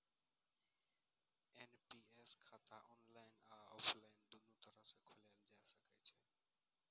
NPS खाता online आ offline, दुनू तरह सं खोलाएल जा सकैए